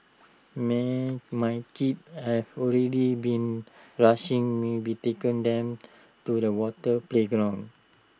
my kids have already been rushing me be taken them to the water playground